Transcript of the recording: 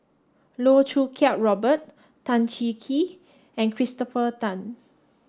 Loh Choo Kiat Robert Tan Cheng Kee and Christopher Tan